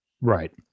Right